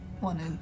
wanted